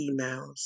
emails